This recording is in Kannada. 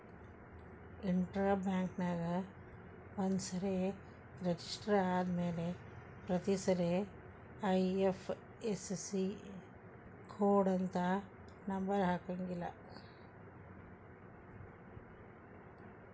ಇಂಟ್ರಾ ಬ್ಯಾಂಕ್ನ್ಯಾಗ ಒಂದ್ಸರೆ ರೆಜಿಸ್ಟರ ಆದ್ಮ್ಯಾಲೆ ಪ್ರತಿಸಲ ಐ.ಎಫ್.ಎಸ್.ಇ ಕೊಡ ಖಾತಾ ನಂಬರ ಹಾಕಂಗಿಲ್ಲಾ